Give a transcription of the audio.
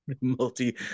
multi